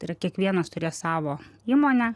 tai yra kiekvienas turės savo įmonę